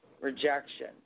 rejection